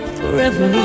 forever